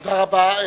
תודה רבה.